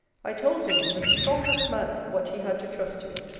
i told him in the strongest manner, what he had to trust to.